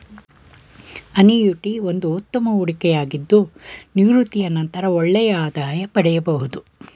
annuity ಒಂದು ಉತ್ತಮ ಹೂಡಿಕೆಯಾಗಿದ್ದು ನಿವೃತ್ತಿಯ ನಂತರ ಒಳ್ಳೆಯ ಆದಾಯ ಪಡೆಯಬಹುದು